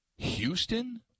Houston